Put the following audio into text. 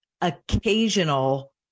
occasional